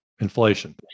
inflation